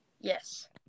Yes